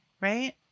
right